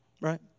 Right